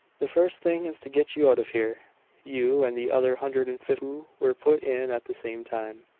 the first thing is to get you out of here you, and the other hundred and fifty who were put in at the same time.